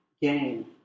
gain